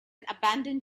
abandoned